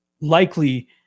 likely